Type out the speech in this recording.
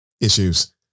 issues